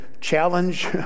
challenge